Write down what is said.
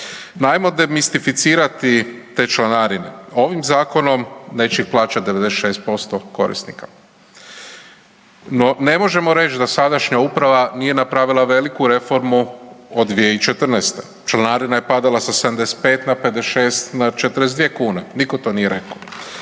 Najmodernistificirati te članarine, ovim zakonom neće ih plaća 96% korisnika. No, ne možemo reći da sadašnja uprava nije napravila veliku reformu od 2014., članarina je padala sa 75 na 56 na 42 kune, nitko to nije rekao.